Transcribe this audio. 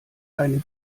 eine